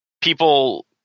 people